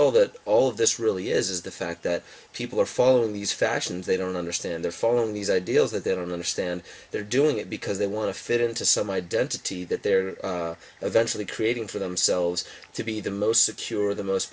all that all of this really is the fact that people are following these fashions they don't understand they're following these ideals that they don't understand they're doing it because they want to fit into some identity that they're eventually creating for themselves to be the most secure the most